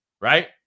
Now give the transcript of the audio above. Right